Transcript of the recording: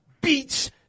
beats